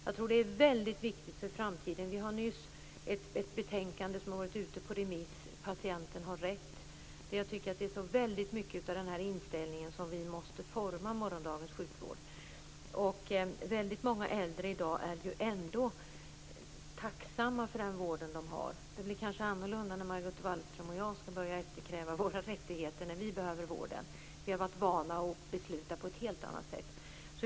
Jag tror att det är väldigt viktigt för framtiden. Vi har ett betänkande som nyss har varit ute på remiss, Patienten har rätt. Jag tycker att det är väldigt mycket av den inställningen som vi måste forma morgondagens sjukvård efter. Väldigt många äldre i dag är ju ändå tacksamma för den vård de får. Det blir kanske annorlunda när Margot Wallström och jag skall börja kräva våra rättigheter när vi behöver vården. Vi har varit vana vid att besluta på ett helt annat sätt.